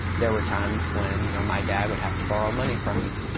there were times when, you know, my dad would have to borrow money from me